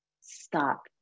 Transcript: stop